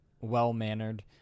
well-mannered